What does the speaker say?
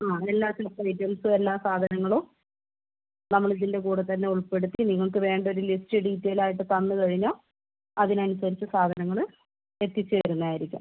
എല്ലാത്തിലും ഐറ്റംസ് എല്ലാ സാധനങ്ങളും നമ്മള് ഇതിൻ്റെ കൂടെ തന്നെ ഉൾപ്പെടുത്തി നിങ്ങൾക്ക് വേണ്ടൊരു ലിസ്റ്റ് ഡീറ്റൈലായിട്ട് തന്നുകഴിഞ്ഞാൽ അതിനനുസരിച്ച് സാധനങ്ങള് എത്തിച്ച് തരുന്നതായിരിക്കും